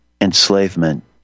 enslavement